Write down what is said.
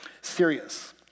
serious